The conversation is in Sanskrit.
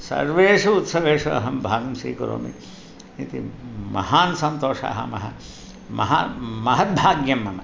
सर्वेषु उत्सवेषु अहं भागं स्वीकरोमि इति महान् सन्तोषः महा महा महद्भाग्यं मम